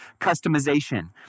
customization